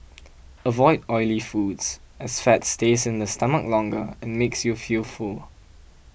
avoid oily foods as fat stays in the stomach longer and makes you feel full